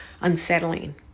unsettling